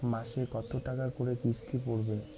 মাসে কত টাকা করে কিস্তি পড়বে?